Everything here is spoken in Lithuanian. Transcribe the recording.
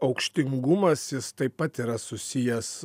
aukštingumas jis taip pat yra susijęs